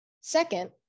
Second